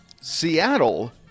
Seattle